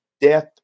death